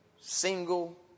single